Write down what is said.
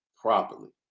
properly